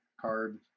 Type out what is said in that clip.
card